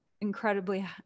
incredibly